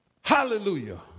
Hallelujah